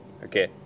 Okay